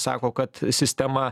sako kad sistema